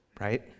right